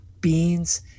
beans